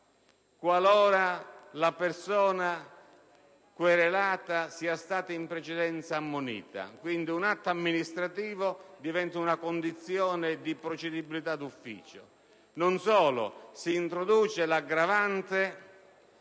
qualora la persona querelata sia stata in precedenza ammonita. Un atto amministrativo, quindi, diventa condizione di procedibilità d'ufficio. Non solo, si introduce anche l'aggravante